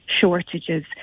shortages